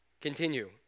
continue